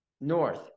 North